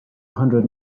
hundred